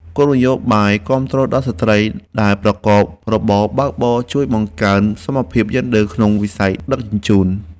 គោលនយោបាយគាំទ្រដល់ស្ត្រីដែលប្រកបរបរបើកបរជួយបង្កើនសមភាពយេនឌ័រក្នុងវិស័យដឹកជញ្ជូន។